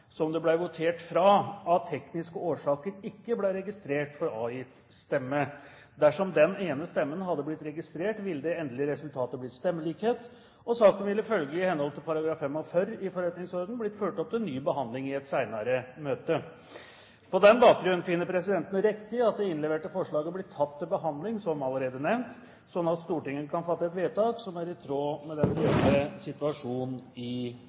som det ble votert fra, av tekniske årsaker ikke ble registrert for avgitt stemme. Dersom denne ene stemmen hadde blitt registrert, ville det endelige resultatet blitt stemmelikhet, og saken ville følgelig i henhold til § 45 i forretningsordenen blitt ført opp til ny behandling i et senere møte. På denne bakgrunn finner presidenten det riktig at det innleverte forslaget blir tatt til behandling som allerede nevnt, slik at Stortinget kan fatte et vedtak som er i tråd med den reelle situasjonen i